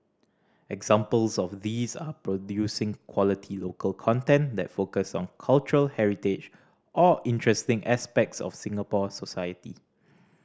examples of these are producing quality local content that focus on cultural heritage or interesting aspects of Singapore society